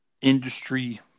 industry